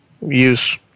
use